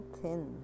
thin